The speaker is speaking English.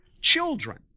children